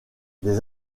des